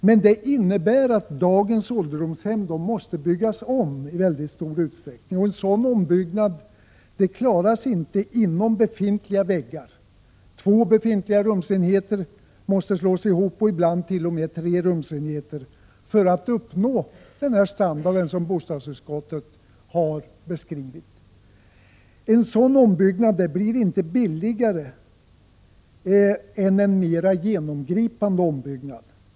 Men det innebär att dagens ålderdomshem i stor utsträckning måste byggas om, och en sådan ombyggning klaras inte inom befintliga väggar. Två befintliga rumsenheter och ibland också tre måste slås ihop, för att man skall kunna uppnå den standard som bostadsutskottet har beskrivit. En sådan ombyggnad blir inte billigare än en mer genomgripande ombyggnad.